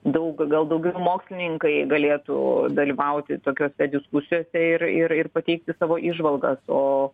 daug gal daugiau mokslininkai galėtų dalyvauti tokiose diskusijose ir ir ir pateikti savo įžvalgas o